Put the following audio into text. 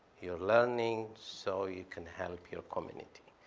you're learning so you can help your community.